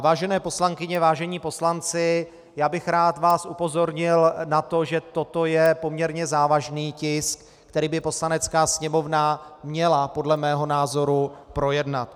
Vážené poslankyně, vážení poslanci, já bych rád vás upozornil na to, že toto je poměrně závažný tisk, který by Poslanecká sněmovna měla podle mého názoru projednat.